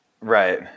Right